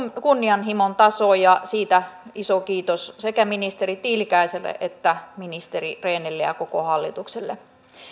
kunnianhimon taso ja siitä iso kiitos sekä ministeri tiilikaiselle että ministeri rehnille ja koko hallitukselle